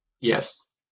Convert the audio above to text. Yes